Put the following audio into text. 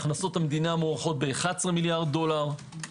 הכנסות המדינה מוערכות ב-11 מיליארד דולר.